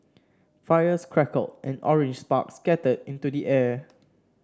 fires crackled and orange sparks scattered into the air